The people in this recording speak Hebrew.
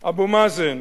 אבו מאזן